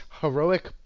heroic